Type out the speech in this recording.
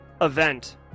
event